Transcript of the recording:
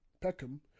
Peckham